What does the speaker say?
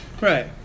Right